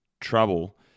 trouble